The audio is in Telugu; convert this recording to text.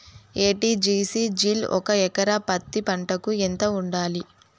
ఎ.టి.జి.సి జిల్ ఒక ఎకరా పత్తి పంటకు ఎంత వాడాలి?